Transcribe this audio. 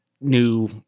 new